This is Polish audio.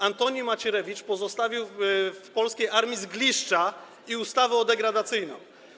Antoni Macierewicz pozostawił w polskiej armii zgliszcza i ustawę degradacyjną.